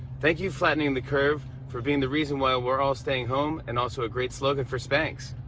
thank you, flattening the curve, for being the reason why we're all staying home and also a great slogan for spanx.